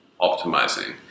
optimizing